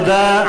תודה.